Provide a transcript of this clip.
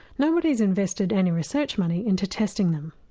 nobody's invested any research money into testing them.